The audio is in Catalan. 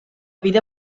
vida